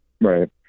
Right